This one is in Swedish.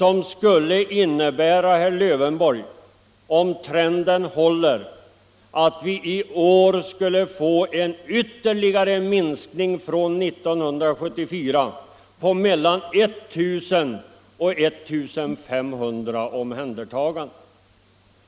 Om den trenden håller skulle det innebära, herr Lövenborg, att vi i år skulle få en ytterligare minskning från 1974 på mellan 1 500 och 2000 omhändertaganden.